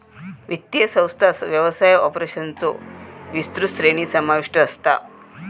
वित्तीय संस्थांत व्यवसाय ऑपरेशन्सचो विस्तृत श्रेणी समाविष्ट असता